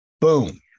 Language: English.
Boom